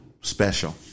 special